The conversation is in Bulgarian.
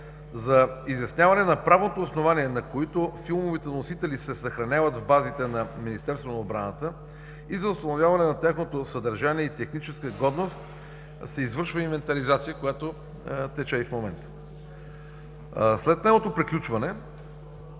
за изясняване на правното основание, на което филмовите носители се съхраняват в базите на Министерство на отбраната, и за установяване на тяхното съдържание и техническа годност се извършва инвентаризация, която тече и в момента. След нейното приключване,